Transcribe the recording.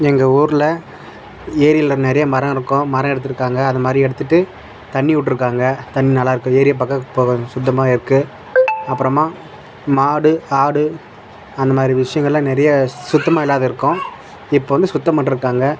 எங்க ஊரில் ஏரியில் நிறைய மரம் இருக்கும் மரம் எடுத்திருக்காங்க அந்த மாதிரி எடுத்துட்டு தண்ணி விட்ருக்காங்க தண்ணி நல்லாயிருக்கு ஏரி பார்க்க இப்போ கொஞ்சம் சுத்தமாகவே இருக்குது அப்புறமா மாடு ஆடு அந்த மாதிரி விஷயங்கள்லாம் நிறைய சுத்தமாக இல்லாத இருக்கும் இப்போ வந்து சுத்தம் பண்ணிட்ருக்காங்க